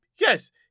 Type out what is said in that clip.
Yes